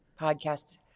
podcast